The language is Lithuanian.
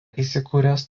įsikūręs